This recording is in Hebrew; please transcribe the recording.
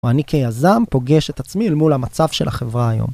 ואני כיזם פוגש את עצמי למול המצב של החברה היום.